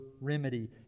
remedy